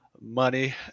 money